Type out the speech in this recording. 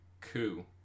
Coup